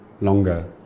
longer